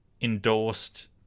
endorsed